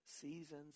seasons